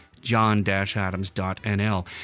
john-adams.nl